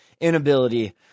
inability